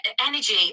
energy